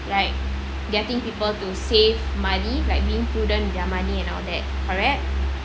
like getting people to save money like being prudent with their money and all that correct